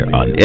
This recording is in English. on